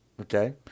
Okay